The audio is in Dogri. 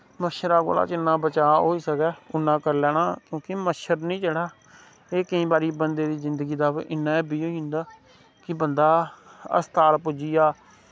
मच्छरै कोला जिन्ना बचाऽ होई सकै उन्ना करी लैना क्योंकि मच्छर नी जेह्ड़ा एह् केंई बारी बंदे दी जिन्दगी दा इन्न हैब्बी होई जंदा कि बंदा हसपताल पुज्जी आ